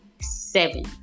seven